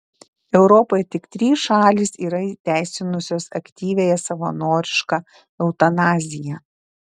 europoje tik trys šalys yra įteisinusios aktyviąją savanorišką eutanaziją